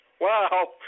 Wow